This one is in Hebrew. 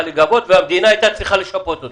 להיגבות והמדינה הייתה צריכה לשפות אותם.